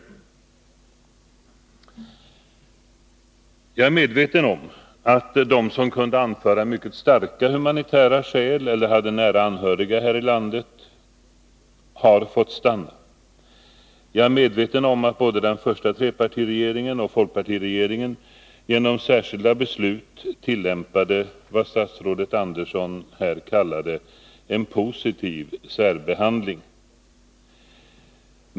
Jag är medveten om att de som kunnat anföra mycket starka humanitära skäl eller haft nära anhöriga här i landet har fått stanna. Jag är också medveten om att både den första trepartiregeringen och folkpartiregeringen genom särskilda beslut tillämpade vad statsrådet Andersson kallade ”en positiv särbehandling”.